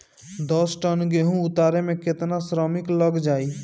दस टन गेहूं उतारे में केतना श्रमिक लग जाई?